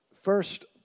first